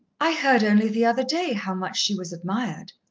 i heard only the other day how much she was admired.